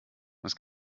was